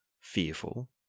fearful